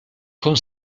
con